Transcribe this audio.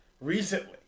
recently